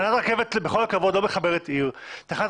יש כן תכנון עתידי שקושר את השכונה הזאת לעיר באמצעות תחנת